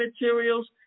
materials